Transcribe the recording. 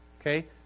Okay